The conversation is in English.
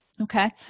Okay